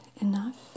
enough